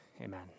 Amen